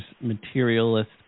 materialist